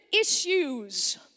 issues